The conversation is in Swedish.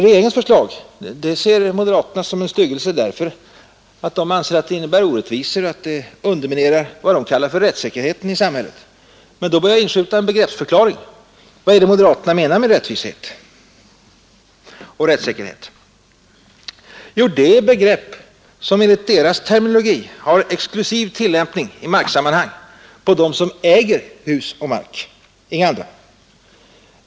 Regeringens förslag är för moderaterna en styggelse därför att de anser att det innebär orättvisor och underminerar vad de kallar rättssäkerheten i samhället. Här bör inskjutas en begreppsförklaring. Vad menar moderaterna med rättvisa och rättssäkerhet? Det är begrepp som enligt deras terminologi i marksammanhang är exklusivt tillämpliga på dem som äger mark och hus.